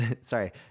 sorry